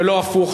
ולא הפוך,